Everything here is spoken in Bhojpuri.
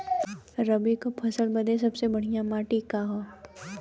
रबी क फसल बदे सबसे बढ़िया माटी का ह?